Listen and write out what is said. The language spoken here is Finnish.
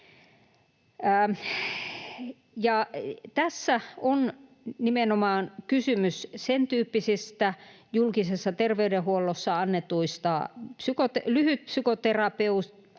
kysymys nimenomaan sentyyppisistä julkisessa terveydenhuollossa annettavista lyhytpsykoterapioista